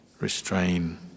restrain